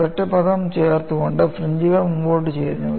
ഒരൊറ്റ പദം ചേർത്തുകൊണ്ട് ഫ്രിഞ്ച്കൾ മുന്നോട്ട് ചരിഞ്ഞു